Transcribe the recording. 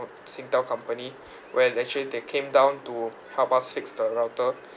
singtel company when actually they came down to help us fix the router